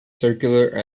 circular